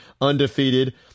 undefeated